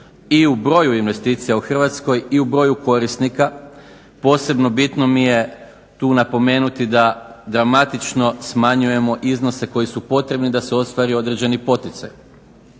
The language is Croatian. i u broju investicija u Hrvatskoj i u broju korisnika. Posebno bitno mi je tu napomenuti da dramatično smanjujemo iznose koji su potrebni da se ostvari određeni poticaj.